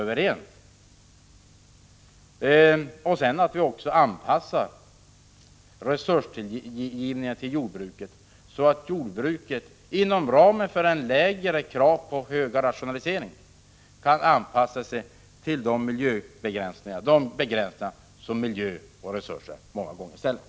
Dessutom måste resursgivningen till jordbruket ske så att jordbruket inom ramen för minskade krav på rationaliseringar kan anpassa sig till de krav på begränsningar som miljö och resurser många gånger ställer.